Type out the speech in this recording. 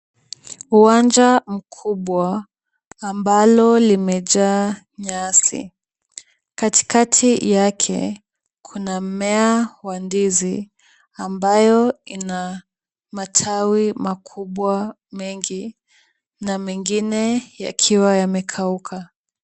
Uwanja mkubwa ambalo limejaa nyasi. Katikati yake kuna mmea wa ndizi ambayo ina matawi makubwa mengi na mengine yakiwa yamekauka.